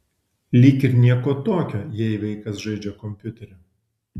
lyg ir nieko tokio jei vaikas žaidžia kompiuteriu